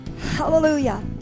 Hallelujah